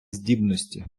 здібності